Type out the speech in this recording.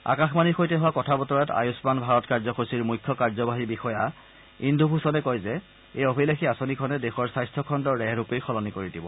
আকাশবাণীৰ সৈতে হোৱা কথা বতৰাত আয়ুস্মান ভাৰত কাৰ্যসূচীৰ মুখ্য কাৰ্যবাহী বিষয়া ইন্দু ভূষণে কয় যে এই অভিলাষী আঁচনিখনে দেশৰ স্বাস্থাখণ্ডৰ ৰেহৰূপে সলনি কৰি দিব